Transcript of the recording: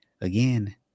again